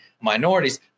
minorities